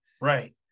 Right